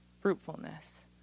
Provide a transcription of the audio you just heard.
Fruitfulness